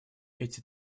эти